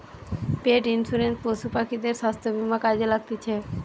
পেট insurance পশু পাখিদের স্বাস্থ্য বীমা কাজে লাগতিছে